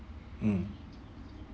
mm